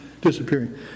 Disappearing